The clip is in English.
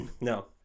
No